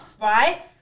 right